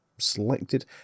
selected